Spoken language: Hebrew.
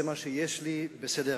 זה מה שיש לי בסדר-היום.